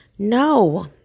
No